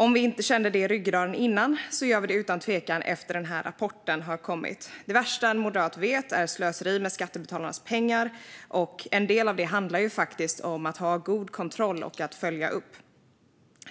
Om vi inte kände det i ryggraden tidigare gör vi det utan tvekan efter att den här rapporten har kommit. Det värsta en moderat vet är slöseri med skattebetalarnas pengar, och en del av det handlar faktiskt om att ha god kontroll och att följa upp.